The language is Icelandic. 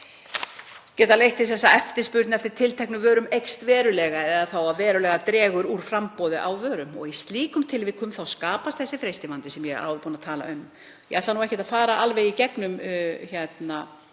geta leitt til þess að eftirspurn eftir tilteknum vörum eykst verulega eða þá að verulega dregur úr framboði á vörum. Í slíkum tilvikum skapast þessi freistnivandi sem ég er áður búin að tala um. Ég ætla ekkert að fara alveg í gegnum